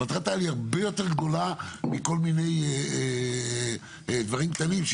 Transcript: שהיא הרבה יותר גדולה מכל מיני דברים קטנים.